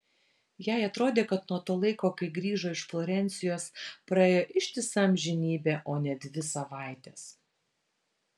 jai atrodė kad nuo to laiko kai grįžo iš florencijos praėjo ištisa amžinybė o ne dvi savaitės